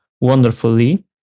wonderfully